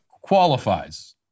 qualifies